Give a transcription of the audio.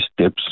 steps